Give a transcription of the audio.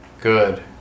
Good